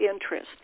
interest